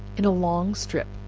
in a long strip,